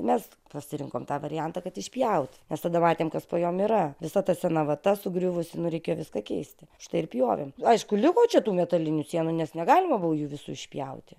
mes pasirinkom tą variantą kad išpjauti nes tada matėm kad po jom yra visa ta sena vata sugriuvusi nu reikėjo viską keisti štai ir pjovėm aišku liko čia tų metalinių sienų nes negalima buvo jų visų išpjauti